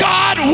God